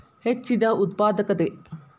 ಹೆಚ್ಚಿದ ಉತ್ಪಾದಕತೆ